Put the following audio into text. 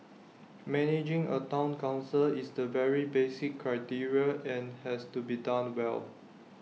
managing A Town Council is the very basic criteria and has to be done well